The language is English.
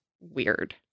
weird